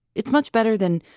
it's much better than!